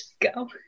go